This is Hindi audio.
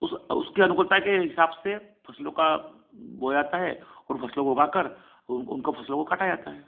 उस उसके अनुकूलता के हिसाब से फसलों का बोया जाता है उन फसलों को उगा कर उनको उनको फसलों को काटा जाता है